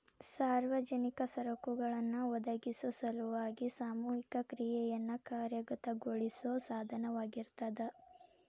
ಸಾರ್ವಜನಿಕ ಸರಕುಗಳನ್ನ ಒದಗಿಸೊ ಸಲುವಾಗಿ ಸಾಮೂಹಿಕ ಕ್ರಿಯೆಯನ್ನ ಕಾರ್ಯಗತಗೊಳಿಸೋ ಸಾಧನವಾಗಿರ್ತದ